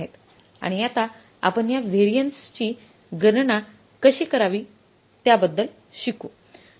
आणि आता आपण या व्हॅरियन्स गणना कशी करावी याबद्दल शिकू